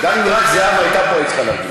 גם אם רק זהבה הייתה פה היית צריכה להגיד,